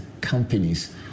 companies